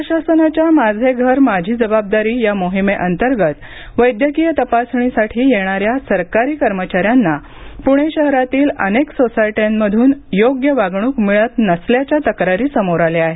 राज्य शासनाच्या माझे घर माझी जबाबदारी या मोहिमेअंतर्गत वैद्यकीय तपासणीसाठी येणाऱ्या सरकारी कर्मचाऱ्यांना पुणे शहरातील अनेक सोसायट्यांमध्रन योग्य वागणूक मिळत नसल्याच्या तक्रारी समोर आल्या आहेत